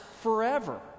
forever